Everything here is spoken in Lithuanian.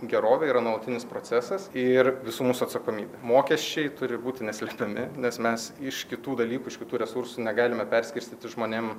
gerovė yra nuolatinis procesas ir visų mūsų atsakomybė mokesčiai turi būti neslėpiami nes mes iš kitų dalykų iš kitų resursų negalime perskirstyti žmonėm